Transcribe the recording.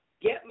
get